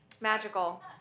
Magical